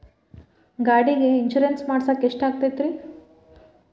ಗಾಡಿಗೆ ಇನ್ಶೂರೆನ್ಸ್ ಮಾಡಸಾಕ ಎಷ್ಟಾಗತೈತ್ರಿ?